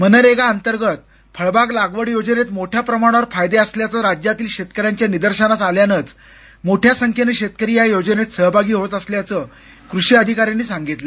मनरेगा अंतर्गत फळबाग लागवड योजनेत मोठ्या प्रमाणावर फायदे असल्याचे राज्यातील शेतकऱ्यांच्या निदर्शनास आल्यानेच मोठ्या संख्येने शेतकरी या योजनेत सहभागी होत असल्याचे कृषी अधिकाऱ्यांनी सांगितले